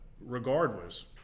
regardless